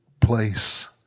place